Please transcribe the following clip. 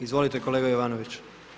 Izvolite kolega Jovanović.